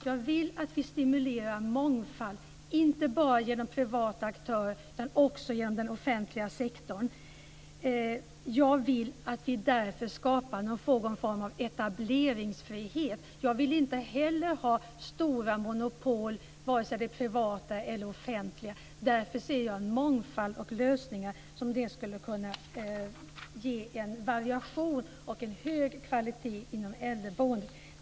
Jag vill att vi stimulerar mångfald inte bara genom privata aktörer utan också genom den offentliga sektorn. Jag vill därför att vi skapar någon form av etableringsfrihet. Jag vill inte heller ha stora monopol, vare sig de är privata eller offentliga. Jag vill se en mångfald och lösningar som skulle kunna ge en variation och en hög kvalitet inom äldreboendet.